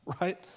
right